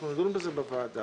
אנחנו נדון בזה בוועדה.